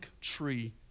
tree